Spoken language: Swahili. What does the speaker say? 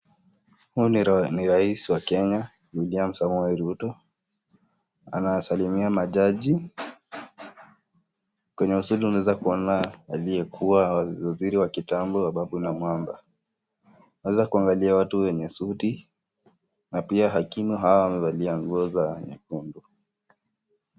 Huyu ni rais wa kenya William Samoei Ruto anasalimia majaji, kwenye usuli unaezaona aliyekua waziri wakitambo ababu na mwamba, walakuangalia watu wenye suti na pia hakima hawa wamevalia nguo za nyekundu.